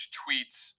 tweets